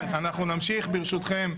אנחנו נמשיך, ברשותכם,